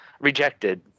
rejected